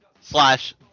slash